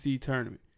tournament